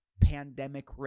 pandemic